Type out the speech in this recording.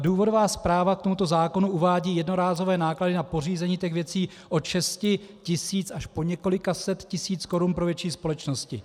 Důvodová zpráva k tomuto zákonu uvádí jednorázové náklady na pořízení těch věcí od 6 tis. až po několik set tisíc korun pro větší společnosti.